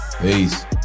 Peace